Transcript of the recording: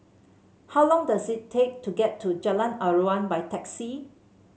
how long does it take to get to Jalan Aruan by taxi